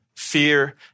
Fear